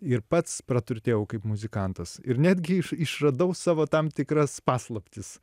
ir pats praturtėjau kaip muzikantas ir netgi iš išradau savo tam tikras paslaptis